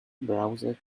browser